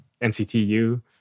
NCTU